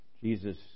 Jesus